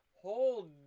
hold